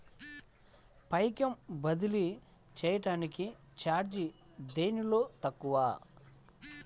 పైకం బదిలీ చెయ్యటానికి చార్జీ దేనిలో తక్కువ?